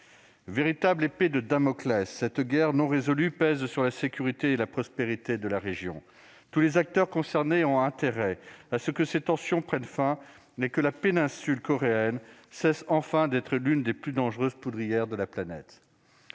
comme une épée de Damoclès sur la sécurité et la prospérité de la région. Tous les acteurs concernés ont intérêt à ce que les tensions prennent fin et que la péninsule coréenne cesse enfin d'être l'une des plus dangereuses poudrières de la planète.